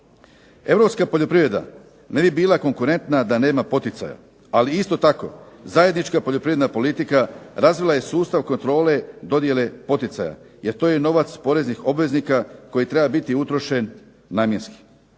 Europska poljoprivreda ne bi bila konkurentna da nema poticaja, ali isto tako zajednička poljoprivredna politika razvila je sustav kontrole dodjele poticaja, jer to je novac poreznih obveznika koji treba biti utrošen namjenski.